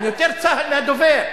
הם יותר צה"ל מהדובר.